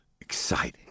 exciting